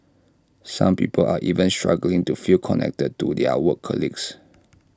some people are even struggling to feel connected to their work colleagues